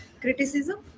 criticism